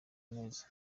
neza